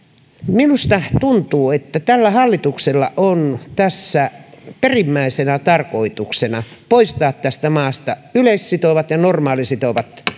minusta tuntuu että tällä hallituksella on tässä perimmäisenä tarkoituksena poistaa tästä maasta yleissitovat ja normaalisitovat